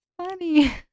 Funny